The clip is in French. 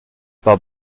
par